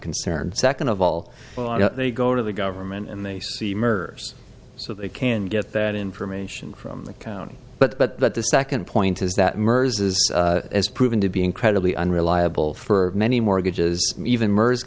concern second of all they go to the government and they see murders so they can get that information from the county but the second point is that mers is proven to be incredibly unreliable for many mortgages even m